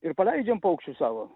ir paleidžiam paukščius savo